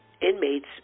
inmates